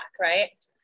right